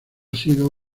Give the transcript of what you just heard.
sido